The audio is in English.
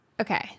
okay